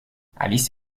alice